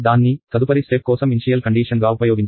దాన్ని తదుపరి స్టెప్ కోసం ఇన్షియల్ కండీషన్ గా ఉపయోగించాలి